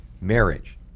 marriage